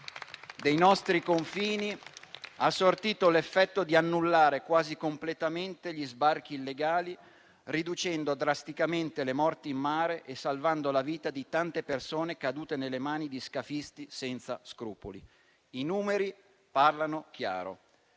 dei nostri confini ha sortito l'effetto di annullare quasi completamente gli sbarchi illegali, riducendo drasticamente le morti in mare e salvando la vita di tante persone cadute nelle mani di scafisti senza scrupoli. I numeri parlano chiaro: